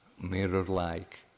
mirror-like